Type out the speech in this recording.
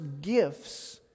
gifts